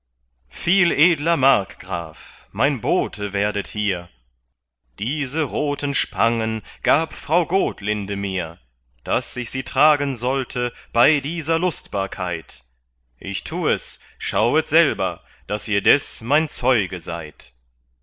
viel edler markgraf mein bote werdet hier diese roten spangen gab frau gotlinde mir daß ich sie tragen sollte bei dieser lustbarkeit ich tu es schauet selber daß ihr des mein zeuge seid